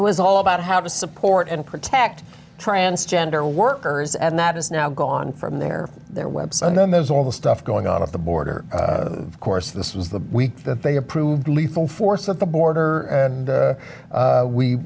was all about how to support and protect transgender workers and that has now gone from there their website and then there's all the stuff going on at the border of course this was the week that they approved lethal force at the border and